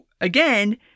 again